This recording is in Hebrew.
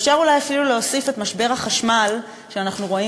אפשר אולי אפילו להוסיף את משבר החשמל שאנחנו רואים